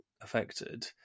affected